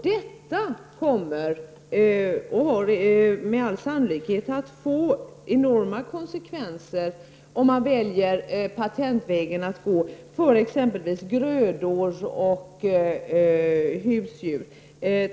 Det kommer med all sannolikhet att få enorma konsekvenser om man väljer att gå patentvägen när det t.ex. gäller grödor och husdjur.